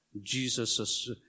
Jesus